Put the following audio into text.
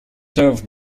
served